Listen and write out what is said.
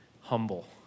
humble